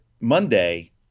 Monday